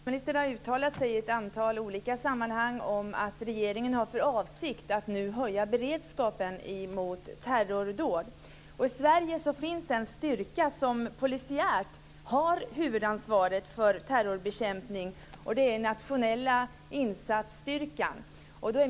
Fru talman! Jag skulle vilja ställa en fråga till statsminister Göran Persson. Statsministern har uttalat sig i ett antal olika sammanhang om att regeringen har för avsikt att nu höja beredskapen mot terrordåd. I Sverige finns en styrka som polisiärt har huvudansvaret för terrorbekämpning, Nationella insatsstyrkan.